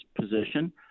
position